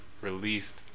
released